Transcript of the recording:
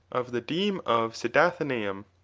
of the deme of cydathenaeum.